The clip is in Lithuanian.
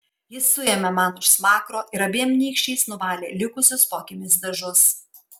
jis suėmė man už smakro ir abiem nykščiais nuvalė likusius po akimis dažus